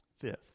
fifth